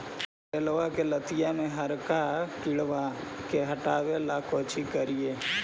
करेलबा के लतिया में हरका किड़बा के हटाबेला कोची करिए?